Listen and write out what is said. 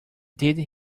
did